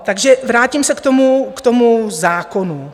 Takže vrátím se k tomu k tomu zákonu.